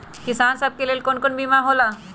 किसान सब के लेल कौन कौन सा बीमा होला?